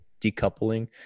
decoupling